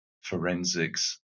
forensics